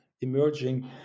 emerging